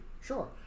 Sure